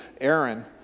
Aaron